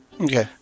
Okay